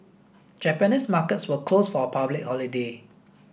Japanese markets were closed for a public holiday